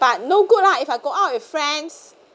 but no good ah if I go out with friends